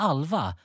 Alva